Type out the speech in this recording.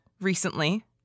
recently